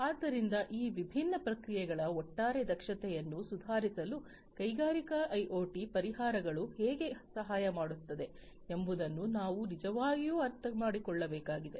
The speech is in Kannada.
ಆದ್ದರಿಂದ ಈ ವಿಭಿನ್ನ ಪ್ರಕ್ರಿಯೆಗಳ ಒಟ್ಟಾರೆ ದಕ್ಷತೆಯನ್ನು ಸುಧಾರಿಸಲು ಕೈಗಾರಿಕಾ ಐಒಟಿ ಪರಿಹಾರಗಳು ಹೇಗೆ ಸಹಾಯ ಮಾಡುತ್ತವೆ ಎಂಬುದನ್ನು ನಾವು ನಿಜವಾಗಿಯೂ ಅರ್ಥಮಾಡಿಕೊಳ್ಳಬೇಕು